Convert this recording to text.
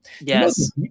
Yes